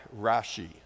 Rashi